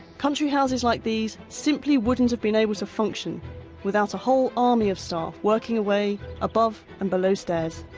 country houses like these simply wouldn't have been able to function without a whole army of staff working away above and below stairs.